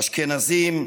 אשכנזים,